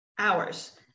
hours